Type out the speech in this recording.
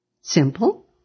Simple